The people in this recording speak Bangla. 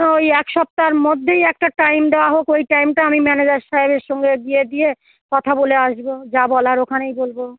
তো ওই এক সপ্তাহর মধ্যেই একটা টাইম দেওয়া হোক ওই টাইমটা আমি ম্যানেজার সাহেবের সঙ্গে গিয়ে টিয়ে কথা বলে আসবো যা বলার ওখানেই বলব